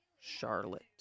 Charlotte